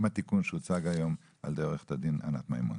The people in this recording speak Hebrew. התיקון שהוצג היום על ידי עורכת הדין ענת מימון.